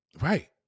Right